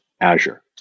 Azure